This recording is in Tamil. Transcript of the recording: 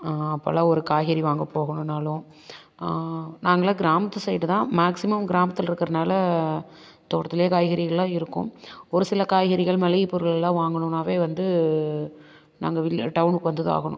அப்போலாம் ஒரு காய்கறி வாங்க போகணுனாலும் நாங்கலாம் கிராமத்து சைடு தான் மேக்சிமம் கிராமத்துல்ருக்கறனால தோட்டத்துலையே காய்கறிகள்லாம் இருக்கும் ஒரு சில காய்கறிகள் மளிகை பொருள் எல்லாம் வாங்கணுனாவே வந்து நாங்கள் வெளியே டவுனுக்கு வந்து தான் ஆகணும்